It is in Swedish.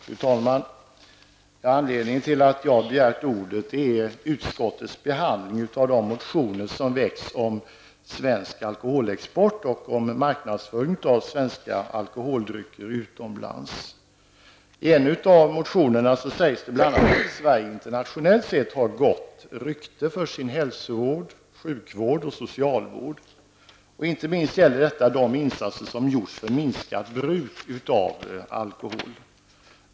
Fru talman! Anledningen till att jag har begärt ordet är utskottets behandling av de motioner som väckts om svenskt alkoholexport och om marknadsföringen av svenska alkoholdrycker utomlands. I en av motionerna sägs bl.a. att Sverige internationellt sett har gott rykte för sin hälsovård, sjukvård och socialvård. Detta gäller inte minst de insatser som gjorts för minskat bruk av alkohol.